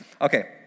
Okay